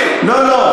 לא לא,